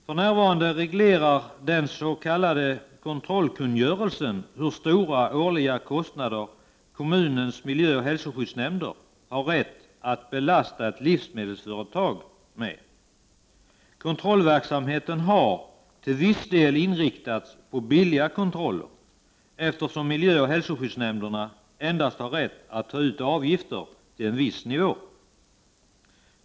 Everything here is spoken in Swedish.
För närvarande reglerar den s.k. kontrollkungörelsen hur stora årliga kostnader kommunens miljöoch hälsoskyddsnämnder har rätt att belasta ett livsmedelsföretag med. Kontrollverksamheten har, till viss del, inriktats på billiga kontroller, eftersom miljöoch hälsoskyddsnämnderna endast har rätt att ta ut avgifter till en viss nivå.